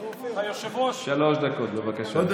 שלוש דקות, בבקשה.